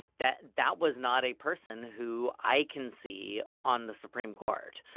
that that was not a person who i can see on the supreme court.